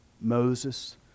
Moses